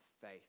faith